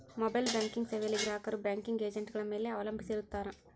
mobile banking ಸೇವೆಯಲ್ಲಿ ಗ್ರಾಹಕರು banking ಏಜೆಂಟ್ಗಳ ಮೇಲೆ ಅವಲಂಬಿಸಿರುತ್ತಾರ